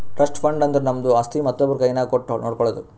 trust fund ಅಂದುರ್ ನಮ್ದು ಆಸ್ತಿ ಮತ್ತೊಬ್ರು ಕೈನಾಗ್ ಕೊಟ್ಟು ನೋಡ್ಕೊಳೋದು